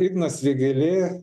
ignas vėgėlė